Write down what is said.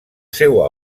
seua